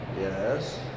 Yes